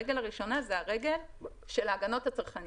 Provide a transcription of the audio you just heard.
הרגל הראשונה זה הרגל של ההגנות הצרכניות.